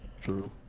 True